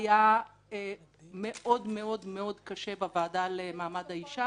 היה מאוד-מאוד קשה בוועדה למעמד האישה